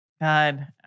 God